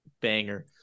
Banger